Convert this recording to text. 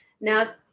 Now